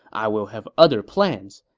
i will have other plans,